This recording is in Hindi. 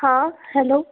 हाँ हैलो